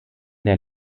der